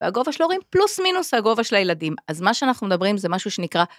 והגובה של ההורים פלוס מינוס הגובה של הילדים. אז מה שאנחנו מדברים זה משהו שנקרא...